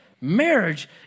marriage